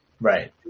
Right